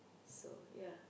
so ya